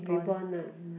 rebond lah